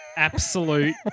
Absolute